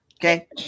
Okay